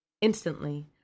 Instantly